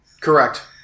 Correct